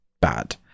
bad